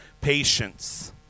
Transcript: patience